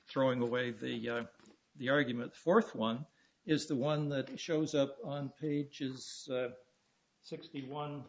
throwing away the the argument fourth one is the one that shows up on pages sixty one